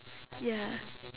ya